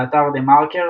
באתר TheMarker,